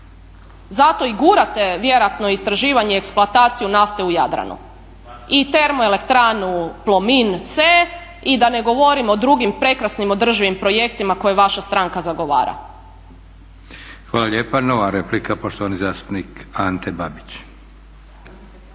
Zato i gurate vjerojatno i istraživanje i eksploataciju nafte u Jadranu, i termoelektranu Plomin C i da ne govorim o drugim prekrasnim održivim projektima koje vaša stranka zagovara. **Leko, Josip (SDP)** Hvala lijepa. Nova replika, poštovani zastupnik Ante Babić.